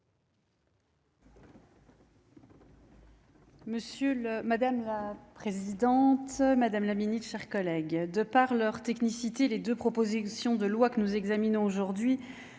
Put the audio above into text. Madame la présidente, madame la ministre, mes chers collègues, de par leur technicité, les deux propositions de loi que nous examinons aujourd'hui